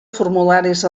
formularis